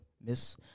Miss